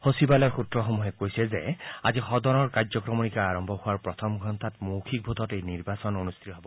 সচিবালয়ৰ সূত্ৰসমূহে কৈছে যে আজি সদনৰ কাৰ্যক্ৰমণিকা আৰম্ভ হোৱাৰ প্ৰথম ঘণ্টাত মৌখিক ভোটত এই নিৰ্বাচন অনুষ্ঠিত হ'ব